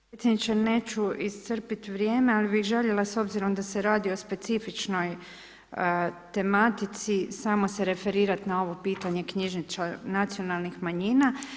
Potpredsjedniče, neću iscrpiti vrijeme ali bi željela s obzirom da se radi o specifičnoj tematici samo se referirati na ovo pitanje knjižničar nacionalnih manjina.